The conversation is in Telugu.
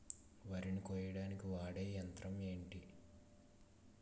వరి ని కోయడానికి వాడే యంత్రం ఏంటి?